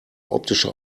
optische